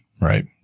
Right